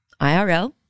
IRL